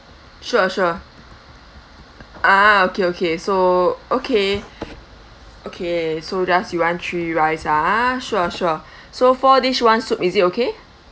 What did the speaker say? sure sure ah okay okay so okay okay so just you want three rice ah sure sure so four dish one soup is it okay